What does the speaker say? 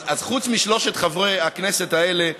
אז חוץ משלושת חברי הכנסת האלה,